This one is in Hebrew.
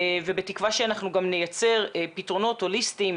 בתקווה שאנחנו גם נייצר פתרונות הוליסטיים